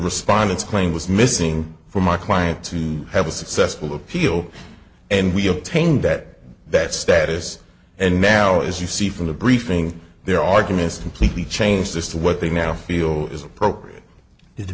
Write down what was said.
respondents claimed was missing from my client to have a successful appeal and we obtained that that status and now as you see from the briefing their arguments completely changed as to what they now feel is appropriate is the